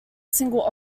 single